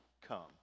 come